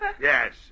Yes